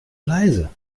leise